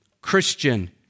Christian